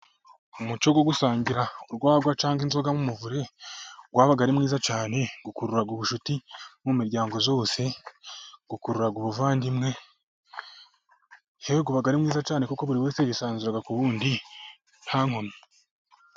Umuco wo gusangira urwagwa cyangwa inzoga mu muvure, wabaga ari mwiza cyane, ukurura ubucuti mu miryango yose, ukurura ubuvandimwe yewe uba ari mwiza cyane, kuko buri wese yisanzura ku wundi nta nkomyi.